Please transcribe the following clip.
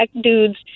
dudes